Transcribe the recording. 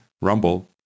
Rumble